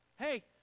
Hey